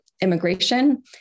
immigration